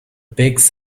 pigs